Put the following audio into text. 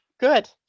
Good